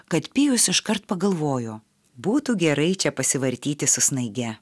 kad pijus iškart pagalvojo būtų gerai čia pasivartyti su snaige